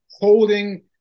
holding